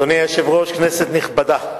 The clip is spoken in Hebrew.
אדוני היושב-ראש, כנסת נכבדה,